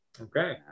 Okay